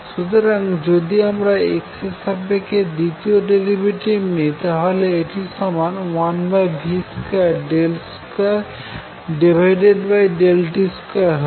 সুতরাং যদি আমরা x এর সাপেক্ষে দ্বিতীয় ডেরিভেটিভ নিই তাহলে এটি সমান 1v2 ∂2t2 হবে